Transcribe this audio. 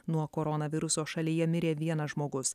nuo koronaviruso šalyje mirė vienas žmogus